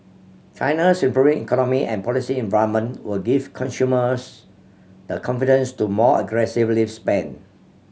China's improving economy and policy environment will give consumers the confidence to more aggressively spend